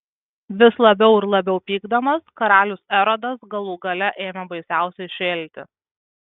vis labiau ir labiau pykdamas karalius erodas galų gale ėmė baisiausiai šėlti